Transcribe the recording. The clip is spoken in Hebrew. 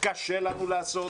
קשה לנו לעשות,